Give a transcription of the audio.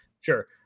Sure